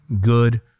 good